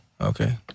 okay